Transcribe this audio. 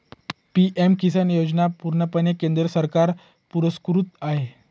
PM Kisan योजना पूर्णपणे केंद्र सरकार पुरस्कृत आहे